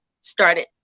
started